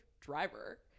driver